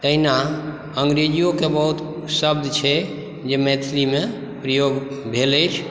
तहिना अंग्रेजियोक बहुत शब्द छै जे मैथिलीमे प्रयोग भेल अछि